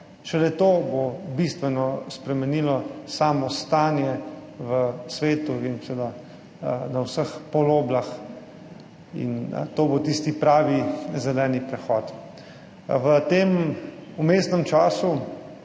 Šele to bo bistveno spremenilo samo stanje v svetu in seveda na vseh poloblah in to bo tisti pravi zeleni prehod. V vmesnem času